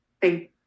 thank